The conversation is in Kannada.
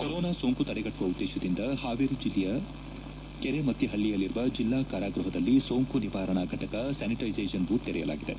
ಕೊರೊನಾ ಸೋಂಕು ತಡೆಗಟ್ಟುವ ಉದ್ದೇಶದಿಂದ ಹಾವೇರಿ ಜಿಲ್ಲೆಯ ಕೆರೆಮತ್ತಿಪಳ್ಳಯಲ್ಲಿರುವ ಜಿಲ್ಲಾ ಕಾರಾಗೃಹದಲ್ಲಿ ಸೋಂಕು ನಿವಾರಣಾ ಫಟಕ ಸ್ಥಾನಿಟೈಸೇಶನ್ ಬೂತ್ ತೆರೆಯಲಾಗಿದೆ